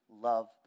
love